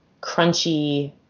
crunchy